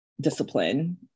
discipline